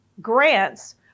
grants